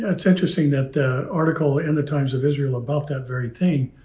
it's interesting that the article in the times of israel about that very thing,